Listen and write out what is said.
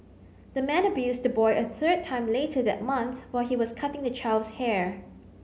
the man abused the boy a third time later that month while he was cutting the child's hair